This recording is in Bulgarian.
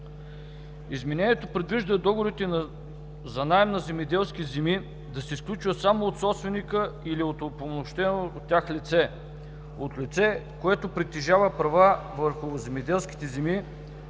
Изменението предвижда договорите за наем на земеделски земи да се сключват само от собственика или от упълномощено от него лице; от лице, което притежава права върху земеделските земи,